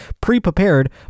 pre-prepared